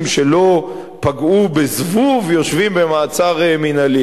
שלא פגעו בזבוב יושבים במעצר מינהלי.